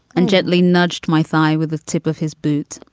and gently nudged my thigh with the tip of his boot.